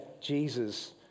Jesus